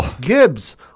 Gibbs